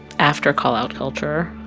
after call-out culture